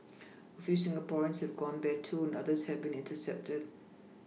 a few Singaporeans have gone there too and others have been intercepted